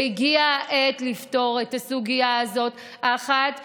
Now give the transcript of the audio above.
הגיעה העת לפתור את הסוגיה הזאת אחת ולתמיד.